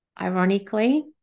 Ironically